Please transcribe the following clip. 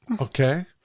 Okay